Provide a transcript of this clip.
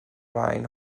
rain